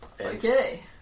okay